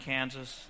Kansas